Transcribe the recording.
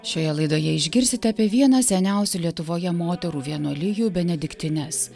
šioje laidoje išgirsite apie vieną seniausių lietuvoje moterų vienuolijų benediktines